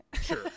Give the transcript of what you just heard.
Sure